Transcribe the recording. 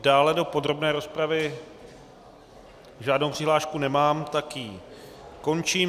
Dále do podrobné rozpravy žádnou přihlášku nemám, tak ji končím.